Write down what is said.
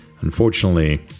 Unfortunately